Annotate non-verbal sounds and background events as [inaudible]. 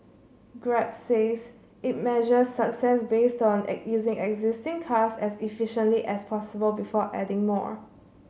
Grab says it measures success based on [unintelligible] using existing cars as efficiently as possible before adding more